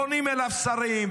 פונים אליו שרים,